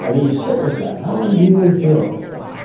um you sit with that, how do i really feel about that?